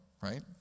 right